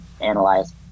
analyze